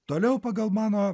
toliau pagal mano